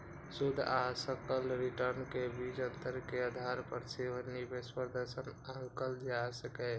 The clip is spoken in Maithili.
शुद्ध आ सकल रिटर्न के बीच अंतर के आधार पर सेहो निवेश प्रदर्शन आंकल जा सकैए